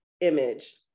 image